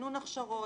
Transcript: ריענון הכשרות.